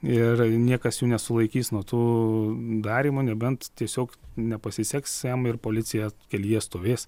ir niekas jų nesulaikys nuo tų darymų nebent tiesiog nepasiseks jam ir policija kelyje stovės